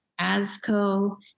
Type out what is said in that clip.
ASCO